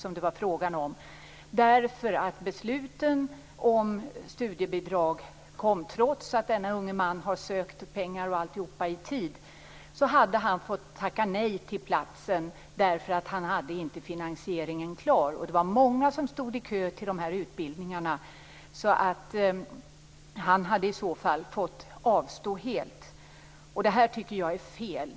Trots att denne unge man har sökt pengar i tid, kom nämligen besluten om studiebidrag så sent att han hade måst tacka nej till platsen för att inte finansieringen var klar. Det var många som stod i kö till utbildningarna. Hade vi inte haft pengar hade han fått avstå helt. Detta tycker jag är fel.